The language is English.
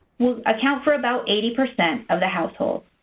will account for about eighty percent of the households,